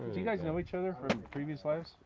do you guys know each other from previous lives?